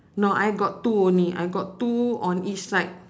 no I got two only I got two on each side